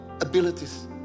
abilities